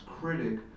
critic